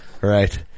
Right